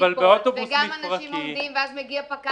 וגם אנשים עומדים ואז מגיע פקח,